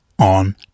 On